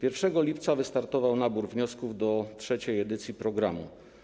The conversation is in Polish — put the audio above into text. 1 lipca wystartował nabór wniosków do trzeciej edycji programu.